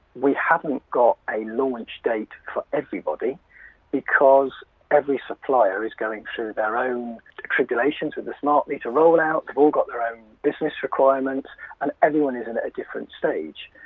we haven't got a launch date for everybody because every supplier is going through their own tribulations with the smart meter rollout, they've all got their own business requirements and everyone is in at a different stage.